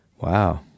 Wow